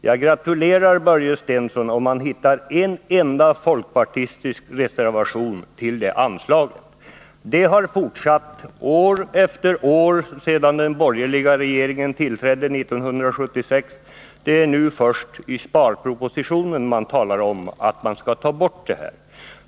Jag gratulerar Börje Stensson om han hittar en enda folkpartistisk reservation mot det anslaget. Det har beviljats år efter år sedan den borgerliga regeringen tillträdde 1976, och det är först nu, i sparpropositionen, som man talar om att ta bort det.